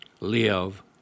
live